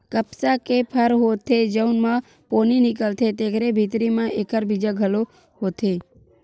कपसा के फर होथे जउन म पोनी निकलथे तेखरे भीतरी म एखर बीजा घलो होथे